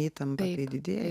įtampa tai didėja